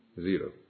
Zero